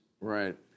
Right